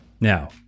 Now